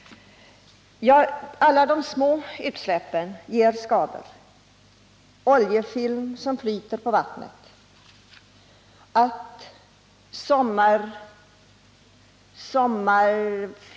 Även alla de små utsläpp som sker och som bildar oljefilm som flyter på vattnet ger skador.